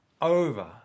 over